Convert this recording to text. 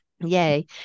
Yay